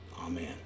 Amen